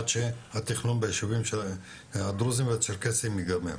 עד שהתכנון ביישובים של הדרוזים והצ'רקסיים ייגמר.